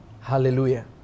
Hallelujah